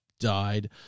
died